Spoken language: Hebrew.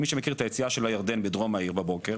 מי שמכיר את היציאה של רחוב הירדן בדרום העיר בבוקר